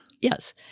Yes